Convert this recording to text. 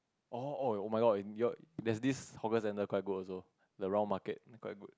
oh oh oh my god your that this hawker centre quite good also the round market is quite good